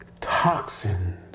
toxins